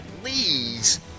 PLEASE